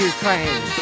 Ukraine